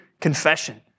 confession